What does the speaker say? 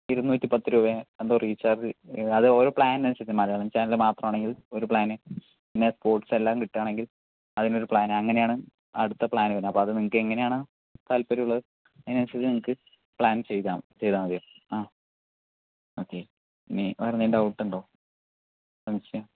ഇരുന്നൂറ്റി പത്ത് രൂപ എന്തോ റീചാർജ് അത് ഓരോ പ്ലാനിന് അനുസരിച്ച് മലയാളം ചാനൽ മാത്രമാണെങ്കിൽ ഒരു പ്ലാന് പിന്നെ സ്പോർട്സ് എല്ലാം കിട്ടുവാണെങ്കിൽ അതിനൊരു പ്ലാന് അങ്ങനെയാണ് അടുത്ത പ്ലാൻ വരുന്നേ അപ്പോ അത് നിങ്ങക്ക് എങ്ങനെയാണ് താല്പര്യമുള്ളത് അതിന് അനുസരിച്ച് നിങ്ങൾക്ക് പ്ലാൻ ചെയ്ത ചെയ്താൽ മതി ആ ഓക്കേ ഇനി വേറെ എന്തെങ്കിലും ഡൌട്ട് ഇണ്ടോ സംശയം